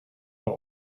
what